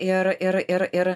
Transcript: ir ir ir ir